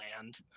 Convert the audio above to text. land